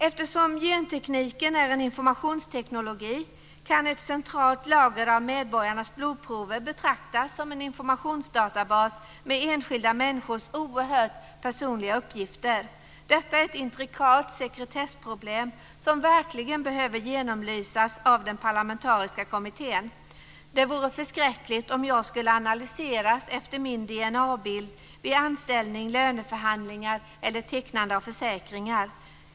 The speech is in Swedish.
Eftersom gentekniken är en informationsteknik kan ett centralt lager av medborgarnas blodprover betraktas som en informationsdatabas med enskilda människors oerhört personliga uppgifter. Detta är ett intrikat sekretessproblem som verkligen behöver genomlysas av den parlamentariska kommittén. Det vore förskräckligt om jag skulle analyseras efter min DNA-bild vid anställning, löneförhandlingar eller tecknande av försäkringar.